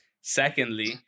Secondly